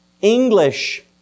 English